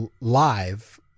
Live